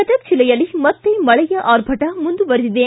ಗದಗ ಜಿಲ್ಲೆಯಲ್ಲಿ ಮತ್ತೆ ಮಳೆಯ ಆರ್ಭಟ ಮುಂದುವರಿದಿದೆ